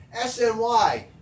Sny